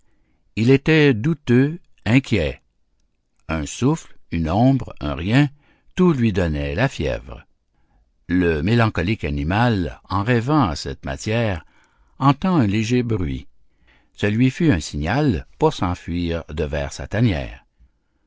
il était douteux inquiet un souffle une ombre un rien tout lui donnait la fièvre le mélancolique animal en rêvant à cette matière entend un léger bruit ce lui fut un signal pour s'enfuir devers sa tanière